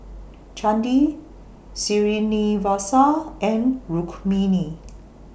Chandi Srinivasa and Rukmini